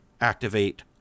Activate